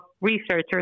researchers